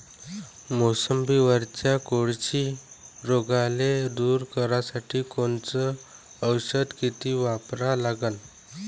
मोसंबीवरच्या कोळशी रोगाले दूर करासाठी कोनचं औषध किती वापरा लागन?